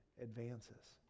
advances